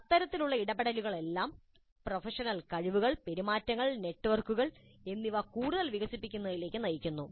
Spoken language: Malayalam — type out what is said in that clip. ഇത്തരത്തിലുള്ള ഇടപെടലുകളെല്ലാം പ്രൊഫഷണൽ കഴിവുകൾ പെരുമാറ്റങ്ങൾ നെറ്റ്വർക്കുകൾ എന്നിവ കൂടുതൽ വികസിപ്പിക്കുന്നതിലേക്ക് നയിക്കുന്നു